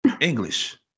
English